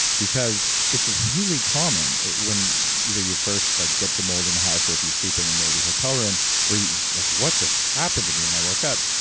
because it's ah really common when either you first like get the mold in the house or if you sleep in a moldy hotel room where you're just like, what just happened to me when i woke up?